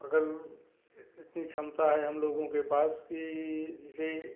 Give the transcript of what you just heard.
अगल इतनी क्षमता है हम लोगों के पास कि जैसे